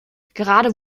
gerade